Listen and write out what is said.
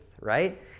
right